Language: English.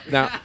Now